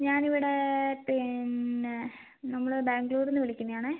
ഞാനിവിടെ പിന്നേ നമ്മൾ ബാംഗ്ലൂരിൽനിന്ന് വിളിക്കുന്നതാണേ